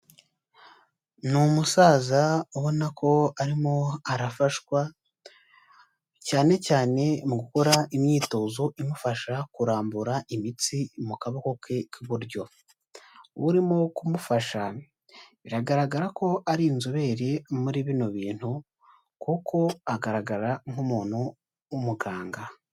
Ni umusaza ubona ko arimo arafashwa, cyane cyane mu gukora imyitozo imufasha kurambura imitsi mu kaboko ke k'iburyo, urimo kumufasha biragaragara ko ari inzobere muri bino bintu, kuko agaragara nk'umuntu w'umuganga.